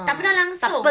tak pernah langsung